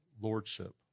lordship